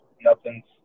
Nothing's